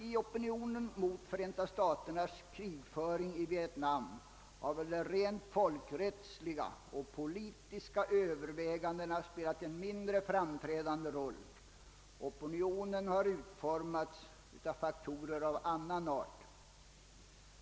I opinionen mot Förenta staternas krigföring i Vietnam har väl de rent folkrättsliga och politiska övervägandena spelat en mindre framträdande roll. Opinionen har utformats av faktorer av annan art.